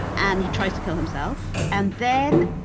and he tries to kill himself, and then,